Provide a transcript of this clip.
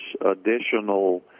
additional